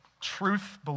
truth